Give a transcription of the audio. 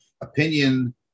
opinion